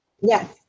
Yes